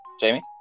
Jamie